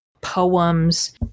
poems